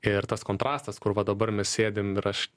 ir tas kontrastas kur va dabar mes sėdim ir aš